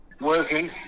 working